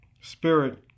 Spirit